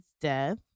death